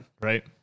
Right